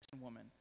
woman